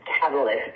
catalyst